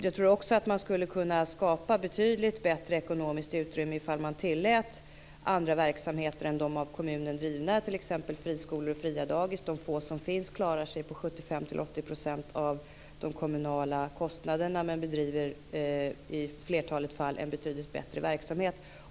Jag tror också att man skulle kunna skapa ett betydligt bättre ekonomiskt utrymme ifall man tillät andra verksamheter än de av kommunen drivna, t.ex. friskolor och fria dagis. De få som finns klarar sin verksamhet till en kostnad som är 75-80 % av den kommunala kostnaden men bedriver i flertalet fall en betydligt bättre verksamhet.